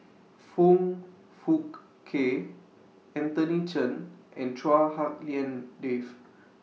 Foong Fook Kay Anthony Chen and Chua Hak Lien Dave